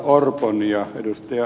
orpon ja ed